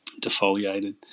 defoliated